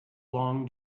long